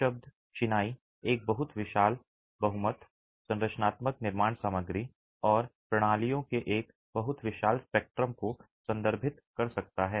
शब्द चिनाई एक बहुत विशाल बहुमत संरचनात्मक निर्माण सामग्री और प्रणालियों के एक बहुत विशाल स्पेक्ट्रम को संदर्भित कर सकता है